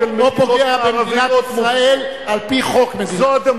היא לא היתה יכולה לעשות זאת בפרלמנטים של מדינות מערביות.